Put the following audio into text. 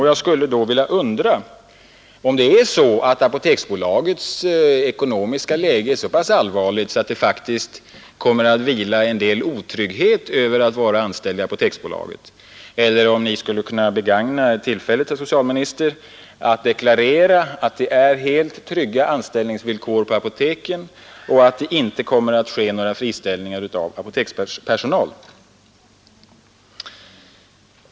Jag skulle då vilja fråga om Apoteksbolagets ekonomiska läge är så allvarligt att det kommer att vara förknippat med en del otrygghet att vara anställd i Apoteksbolaget eller om Ni, herr socialminister, skulle kunna begagna detta tillfälle till att deklarera att de anställda har helt trygga anställningsvillkor på apoteken och att det inte kommer att ske några friställningar av apotekens personal.